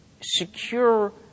secure